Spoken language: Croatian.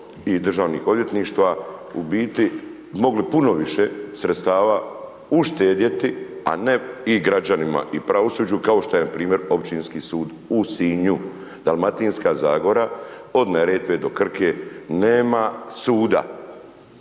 i državnih odvjetništva u biti mogli puno više sredstava uštedjeti a ne i građanima, i pravosuđu kao što je npr. Općinski sud u Sinju. Dalmatinska zagora od Neretve do Krke nema suda.